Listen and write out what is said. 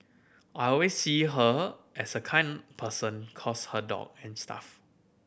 I always see her as a kind person cost her dog and stuff